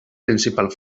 principal